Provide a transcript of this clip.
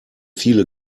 viele